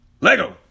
Lego